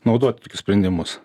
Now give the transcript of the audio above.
naudoti tokius sprendimus